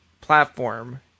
platform